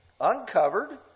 uncovered